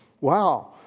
wow